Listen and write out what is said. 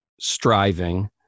striving